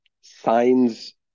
signs